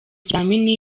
ikizamini